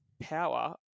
power